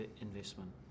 investment